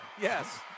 Yes